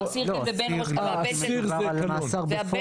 לא, אסיר, אם נדון למאסר בפועל.